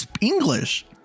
english